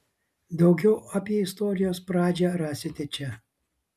daugiau apie istorijos pradžią raiste čia